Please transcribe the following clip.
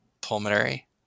pulmonary